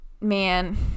man